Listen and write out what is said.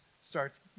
starts